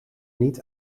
niet